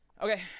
Okay